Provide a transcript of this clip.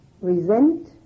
resent